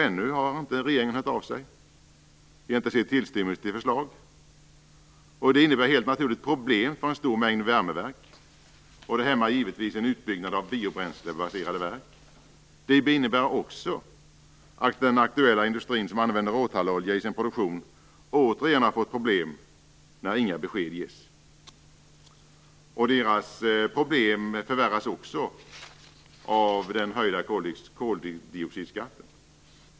Ännu har inte regeringen hört av sig. Vi har inte sett tillstymmelse till förslag. Detta innebär helt naturligt problem för en stor mängd värmeverk, och det hämmar givetvis en utbyggnad av biobränslebaserade verk. Det innebär också att den aktuella industrin, som använder råtallolja i sin produktion, återigen har fått problem eftersom inga besked ges. Problemen förvärras också av den höjda koldioxidskatten.